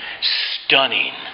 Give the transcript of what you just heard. stunning